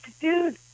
dude